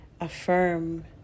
affirm